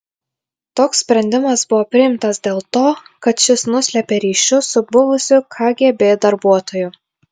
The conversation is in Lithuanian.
toks sprendimas buvo priimtas dėl to kad šis nuslėpė ryšius su buvusiu kgb darbuotoju